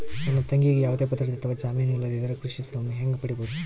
ನನ್ನ ತಂಗಿಗೆ ಯಾವುದೇ ಭದ್ರತೆ ಅಥವಾ ಜಾಮೇನು ಇಲ್ಲದಿದ್ದರೆ ಕೃಷಿ ಸಾಲವನ್ನು ಹೆಂಗ ಪಡಿಬಹುದು?